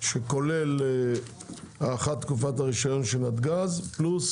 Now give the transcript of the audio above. שכולל הארכת תקופת הרישיון של נתג"ז פלוס